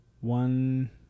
One